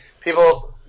People